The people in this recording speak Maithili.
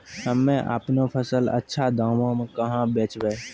हम्मे आपनौ फसल अच्छा दामों मे कहाँ बेचबै?